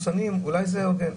זה הוגן.